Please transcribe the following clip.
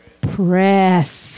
Press